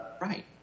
Right